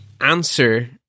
answer